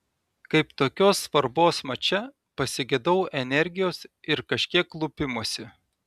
kaip tokios svarbos mače pasigedau energijos ir kažkiek lupimosi